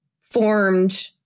formed